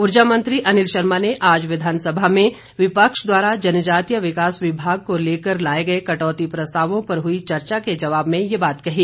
ऊर्जा मंत्री अनिल शर्मा ने आज विधानसभा में विपक्ष द्वारा जनजातीय विकास विभाग को लेकर लाए गए कटौती प्रस्तावों पर हुई चर्चा के जवाब में ये बात कही